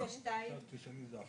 כן, אז יש דיון אחר.